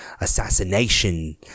assassination